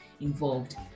involved